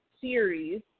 series